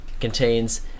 contains